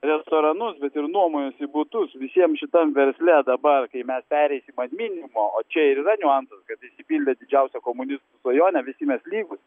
restoranus bet ir nuomojasi butus visiem šitam versle dabar kai mes pereisim ant minimumo o čia ir yra niuansas kad išsipildė didžiausia komunistų svajonė visi mes lygūs